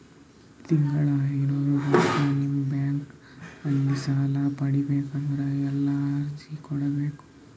ತಿಂಗಳ ಐನೂರು ರೊಕ್ಕ ನಿಮ್ಮ ಬ್ಯಾಂಕ್ ಅಲ್ಲಿ ಸಾಲ ಪಡಿಬೇಕಂದರ ಎಲ್ಲ ಅರ್ಜಿ ಕೊಡಬೇಕು?